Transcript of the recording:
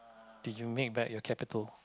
did you make back your capital